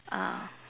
ah